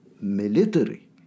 military